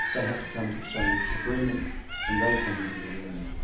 they have to come to some agreement and they come into the room.